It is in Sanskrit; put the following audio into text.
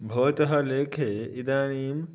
भवतः लेखे इदानीं